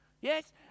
Yes